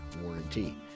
warranty